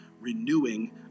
renewing